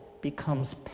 becomes